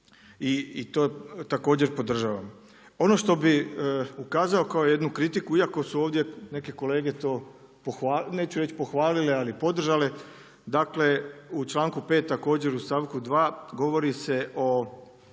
i to također podržavam. Ono što bi ukazao kao jednu kritiku, iako su ovdje neke kolege to neću reći pohvalile, ali podržale, dakle u članku 5. također u stavku 2. govori se o